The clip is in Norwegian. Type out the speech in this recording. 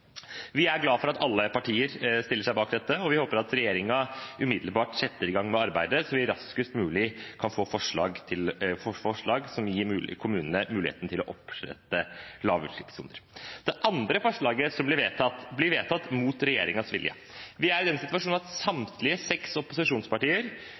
Vi er glad for at alle partier stiller seg bak dette, og vi håper at regjeringen umiddelbart setter i gang med arbeidet, slik at vi raskest mulig kan få forslag som gir kommunene muligheten til å opprette lavutslippssoner. Det andre forslaget som blir vedtatt, blir vedtatt mot regjeringspartienes vilje. Vi er i den situasjonen at samtlige seks opposisjonspartier